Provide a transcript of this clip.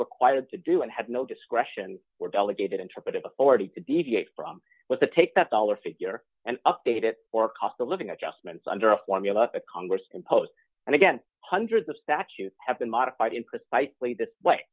required to do and had no discretion or delegated interpretive authority to deviate from what to take that dollar figure and update it or cost of living adjustments under a formula the congress imposed and again hundreds of statute have been modified in precisely the way